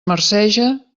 marceja